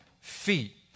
feet